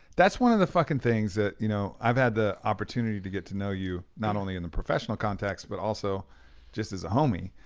that's one of the fucking things that, you know i've had the opportunity to get to know you not only in the professional context but also just as a homie.